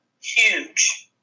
huge